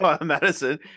Madison